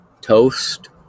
Toast